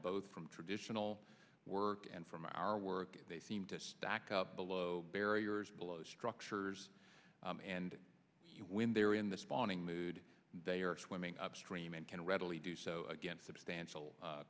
both from traditional work and from our work they seem to stack up below barriers below structures and when they are in the spawning mood they are swimming upstream and can readily do so again substantial